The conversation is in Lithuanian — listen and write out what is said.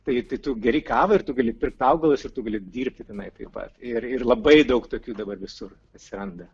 tai tai tu geri kavą ir tu gali pirkti augalus ir tu gali dirbtinai taip pat ir ir labai daug tokių dabar visur atsiranda